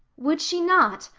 would she not?